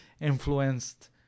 influenced